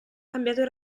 cambiato